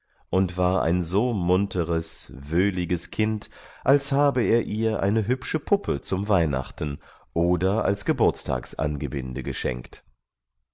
und war ein so munteres wöhliges kind als habe er ihr eine hübsche puppe zum weihnachten oder als geburtstagsangebinde geschenkt